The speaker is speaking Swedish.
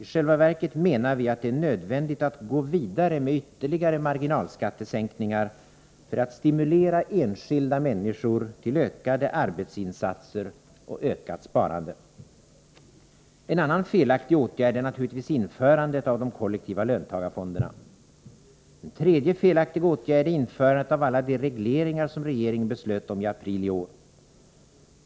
I själva verket menar vi att det är nödvändigt att gå vidare med ytterligare marginalskattesänkningar, för att stimulera enskilda människor till ökade arbetsinsatser och ökat sparande. En annan felaktig åtgärd är naturligtvis införandet av de kollektiva löntagarfonderna. En tredje felaktig åtgärd är införandet av alla de regleringar som regeringen beslöt om i april i år.